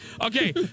Okay